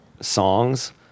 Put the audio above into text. songs